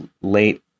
late